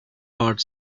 part